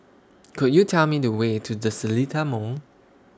Could YOU Tell Me The Way to The Seletar Mall